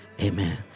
amen